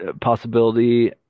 possibility